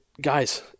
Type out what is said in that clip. guys